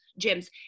gyms